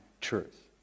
truth